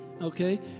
okay